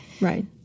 Right